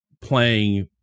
playing